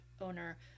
owner